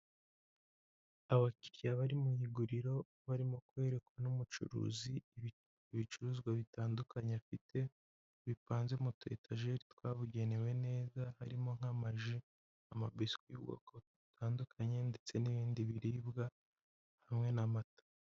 Abakiriya bari mu iguriro barimo kwerekwa n'umucuruzi, ibicuruzwa bitandukanye afite, bipanze mu tu etajeri twabugenewe neza, harimo nk'amaji, amabiswi y'ubwoko butandukanye ndetse n'ibindi biribwa, hamwe n'amata.